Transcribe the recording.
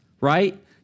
right